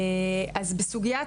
אז בסוגית,